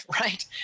right